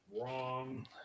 wrong